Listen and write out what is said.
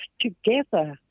together